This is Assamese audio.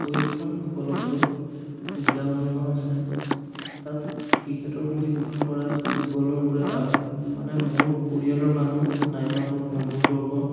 প্ৰশিক্ষণ উপলব্ধ সুবিধাসমূহো আছে তাত ক্ৰিকেটৰ প্ৰশিক্ষণ কৰায় ফুটবলৰ কৰায় মানে মোৰ পৰিয়ালৰ মানুহ নাইবা মোৰ বন্ধুবৰ্গৰ